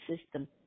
system